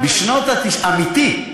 בשנות ה-90, אמיתי.